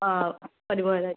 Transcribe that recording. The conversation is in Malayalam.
ആ പതിമൂന്നായിരം